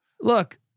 Look